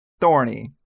thorny